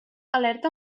alerta